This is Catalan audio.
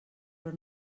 però